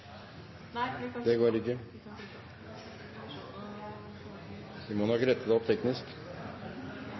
Nei, det går ikke. Det går ikke? Vi må nok rette det opp teknisk.